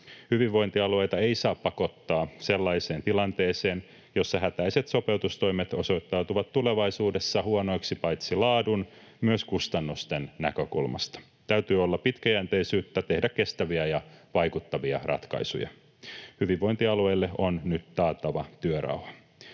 Hyvinvointialueita ei saa pakottaa sellaiseen tilanteeseen, jossa hätäiset sopeutustoimet osoittautuvat tulevaisuudessa huonoiksi paitsi laadun myös kustannusten näkökulmasta. Täytyy olla pitkäjänteisyyttä tehdä kestäviä ja vaikuttavia ratkaisuja. Hyvinvointialueille on nyt taattava työrauha.